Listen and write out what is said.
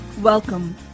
Welcome